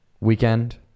weekend